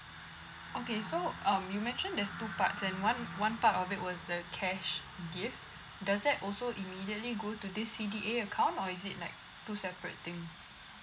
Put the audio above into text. okay so um you mentioned there's two parts and one one part of it was the cash gift does that also immediately go to this C_D_A account or is it like two separate things